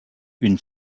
une